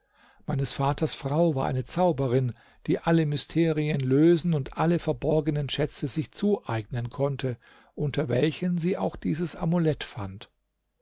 meines vaters frau war eine zauberin die alle mysterien lösen und alle verborgenen schätze sich zueignen konnte unter welchen sie auch dieses amulett fand